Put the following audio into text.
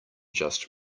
just